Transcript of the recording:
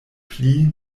pli